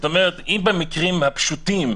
אם במקרים הפשוטים,